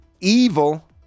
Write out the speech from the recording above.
evil